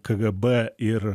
kgb ir